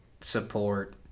support